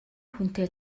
хүнтэй